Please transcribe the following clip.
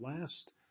last